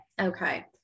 Okay